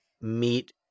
meet